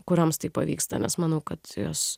kurioms tai pavyksta nes manau kad jos